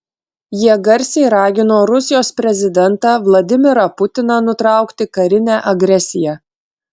jie garsiai ragino rusijos prezidentą vladimirą putiną nutraukti karinę agresiją